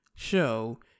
show